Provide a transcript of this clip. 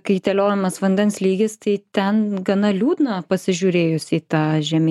kaitaliojimas vandens lygis tai ten gana liūdna pasižiūrėjus į tą žemyn